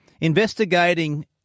investigating